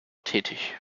tätig